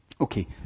Okay